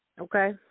okay